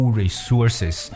resources